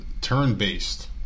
turn-based